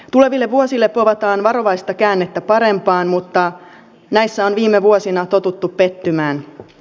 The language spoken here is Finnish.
tuleville vuosille povataan varovaista käännettä parempaan mutta näissä on viime vuosina totuttu pettymään